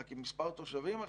רק עם מספר תושבים אחרים,